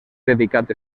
dedicat